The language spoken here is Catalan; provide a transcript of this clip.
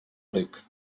ric